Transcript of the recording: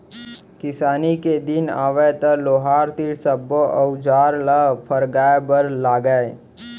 किसानी के दिन आवय त लोहार तीर सब्बो अउजार ल फरगाय बर लागय